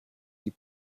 die